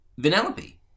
Vanellope